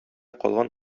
калган